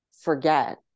forget